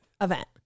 Event